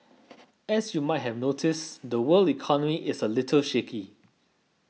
as you might have noticed the world economy is a little shaky